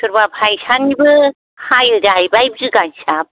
सोरबा फैसानिबो हायो जाहैबाय बिगा हिसाब